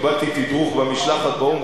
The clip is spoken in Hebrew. קיבלתי תדרוך במשלחת באו"ם,